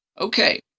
Okay